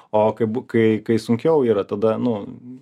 o kai kai sunkiau yra tada nu